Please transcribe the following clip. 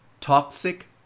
toxic